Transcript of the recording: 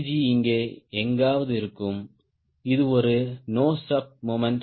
G இங்கே எங்காவது இருக்கும் இது ஒரு நோஸ் அப் மொமெண்ட்